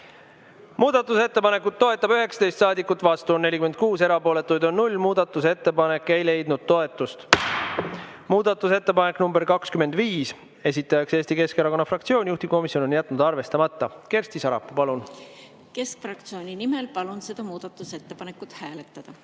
Muudatusettepanekut toetab 19 saadikut, vastu on 46, erapooletuid on 0. Muudatusettepanek ei leidnud toetust. Muudatusettepanek nr 25, esitaja on Eesti Keskerakonna fraktsioon, juhtivkomisjon on jätnud arvestamata. Kersti Sarapuu, palun! Keskfraktsiooni nimel palun seda muudatusettepanekut hääletada.